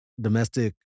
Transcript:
domestic